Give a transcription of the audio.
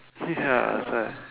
ya was like